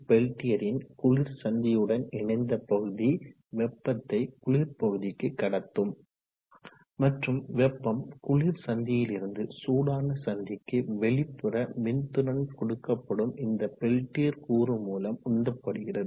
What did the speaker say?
பெல்டியரின் குளிர் சந்தியுடன் இணைந்த பகுதி வெப்பத்தை குளிர் பகுதிக்கு கடத்தும் மற்றும் வெப்பம் குளிர் சந்தியிலிருந்து சூடான சந்திக்கு வெளிப்புற மின்திறன் கொடுக்கப்படும் இந்த பெல்டியர் கூறு மூலம் உந்தப்படுகிறது